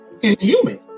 inhuman